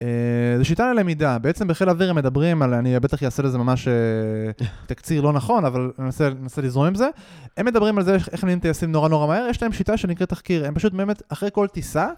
זו שיטה ללמידה, בעצם בחיל האוויר הם מדברים על... אני בטח אעשה לזה ממש תקציר לא נכון, אבל אני אנסה לזרום עם זה הם מדברים על זה איך נהנים טייסים נורא נורא מהר, יש להם שיטה שנקראת תחקיר, הם פשוט באמת אחרי כל טיסה